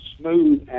smooth